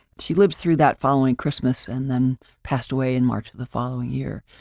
she lived through that following christmas and then passed away in march of the following year.